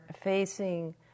facing